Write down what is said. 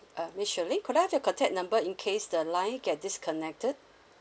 uh miss shirlyn could I have your contact number in case the line get disconnected